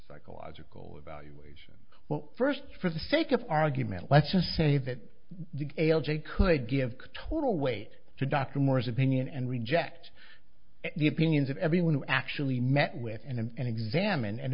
psychological evaluation well first for the sake of argument let's just say that the a l j could give total weight to dr morris opinion and reject the opinions of everyone who actually met with and exam